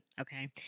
okay